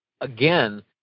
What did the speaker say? again